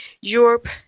Europe